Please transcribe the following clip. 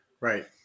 right